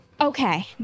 Okay